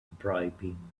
bribing